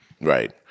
Right